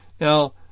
Now